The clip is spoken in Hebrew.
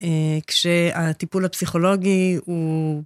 כשהטיפול הפסיכולוגי הוא...